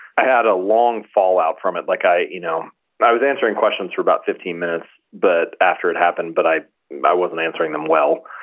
i had a long fallout from it. like i you know but i was answering questions for about fifteen minutes but after it happened, but i i wasn't answering them well.